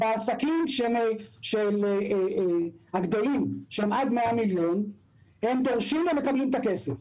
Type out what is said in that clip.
בעסקים הגדולים שהם עד 100 מיליון הם דורשים ומקבלים את הכסף.